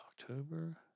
October